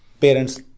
Parents